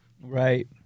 Right